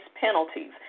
penalties